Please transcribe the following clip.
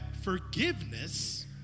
forgiveness